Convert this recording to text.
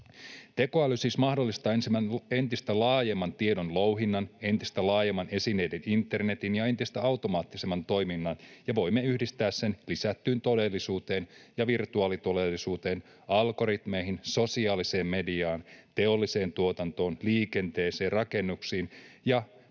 Tekoäly siis mahdollistaa entistä laajemman tiedonlouhinnan, entistä laajemman esineiden internetin ja entistä automaattisemman toiminnan, ja voimme yhdistää sen lisättyyn todellisuuteen ja virtuaalitodellisuuteen, algoritmeihin, sosiaaliseen mediaan, teolliseen tuotantoon, liikenteeseen, rakennuksiin ja muuhun